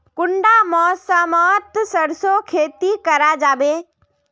कुंडा मौसम मोत सरसों खेती करा जाबे?